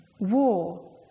War